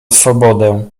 swobodę